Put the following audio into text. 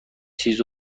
تیز